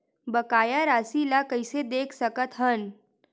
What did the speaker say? बकाया राशि ला कइसे देख सकत हान?